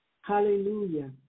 Hallelujah